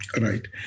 Right